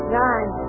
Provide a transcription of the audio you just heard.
nine